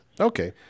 Okay